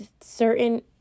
certain